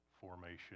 formation